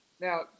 now